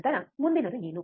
ನಂತರ ಮುಂದಿನದು ಏನು